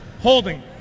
holding